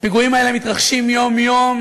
הפיגועים האלה מתרחשים יום-יום,